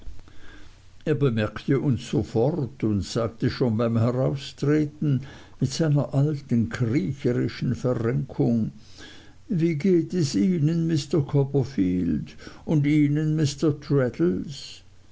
er bemerkte uns sofort und sagte schon beim heraustreten mit seiner alten kriecherischen verrenkung wie geht es ihnen mr copperfield und ihnen mr